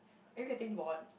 are you getting bored